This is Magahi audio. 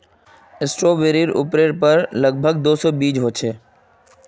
स्ट्रॉबेरीर उपरेर पर लग भग दो सौ बीज ह छे